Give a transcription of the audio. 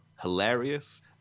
hilarious